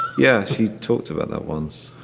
yeah, she talked about that once.